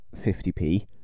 50p